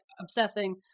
obsessing